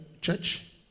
church